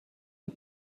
and